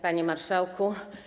Panie Marszałku!